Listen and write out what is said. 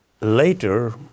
later